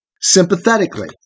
sympathetically